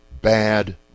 bad